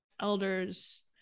elders